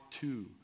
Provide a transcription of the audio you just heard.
two